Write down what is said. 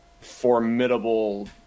formidable